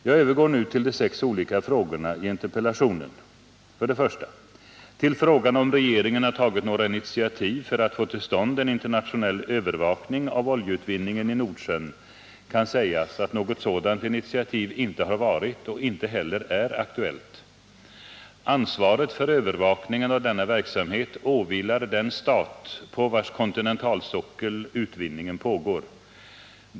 Jag övergår nu till de sex olika frågorna i interpellationen. 1. Till frågan om regeringen har tagit några initiativ för att få till stånd en internationell övervakning av oljeutvinningen i Nordsjön kan sägas att något sådant initiativ inte har varit och inte heller är aktuellt. Ansvaret för övervakningen av denna verksamhet åvilar den stat på vars kontinentalsockel utvinningen pågår.